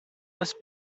was